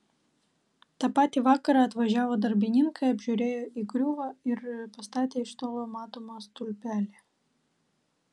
tą patį vakarą atvažiavo darbininkai apžiūrėjo įgriuvą ir pastatė iš tolo matomą stulpelį